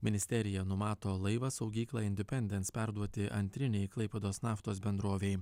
ministerija numato laivą saugyklą independent perduoti antrinei klaipėdos naftos bendrovei